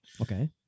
okay